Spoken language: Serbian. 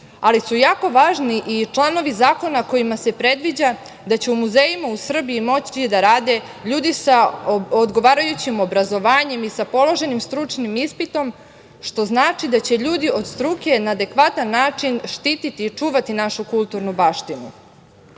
ali su jako važni i članovi zakona kojima se predviđa da će u muzejima u Srbiji moći da rade ljudi sa odgovarajućim obrazovanjem i sa položenim stručnim ispitom što znači da će ljudi od struke na adekvatan način štititi i čuvati našu kulturnu baštinu.S